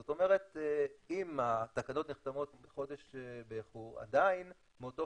זאת אומרת אם התקנות נחתמות בחודש איחור עדיין מאותו